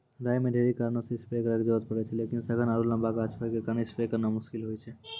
राई मे ढेरी कारणों से स्प्रे करे के जरूरत पड़े छै लेकिन सघन आरु लम्बा गाछ होय के कारण स्प्रे करना मुश्किल होय छै?